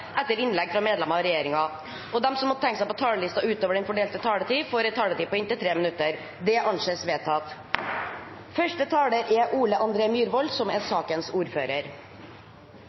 etter innlegg fra medlemmer av regjeringen, og at de som måtte tegne seg på talerlisten utover den fordelte taletid, får en taletid på inntil 3 minutter. – Det anses vedtatt. La meg starte med å takke komiteen for godt samarbeid. Dette er